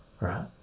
Right